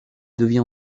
devient